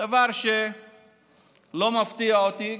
דבר שלא מפתיע אותי,